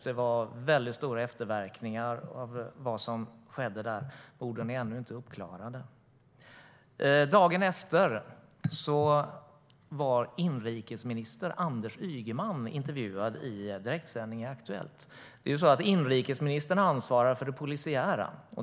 Det var väldigt stora efterverkningar av vad som skedde där. Morden är ännu inte uppklarade.. Inrikesministern ansvarar för det polisiära.